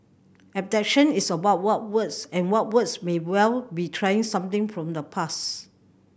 is about what was and what was may well be trying something from the past